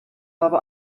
habe